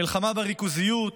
המלחמה בריכוזיות,